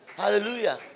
Hallelujah